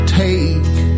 take